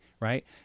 right